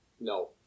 No